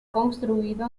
construido